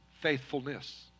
faithfulness